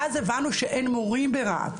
ואז הבנו שאין מורים ברהט,